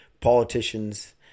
politicians